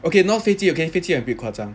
okay not 飞机 okay 飞机 a bit 夸张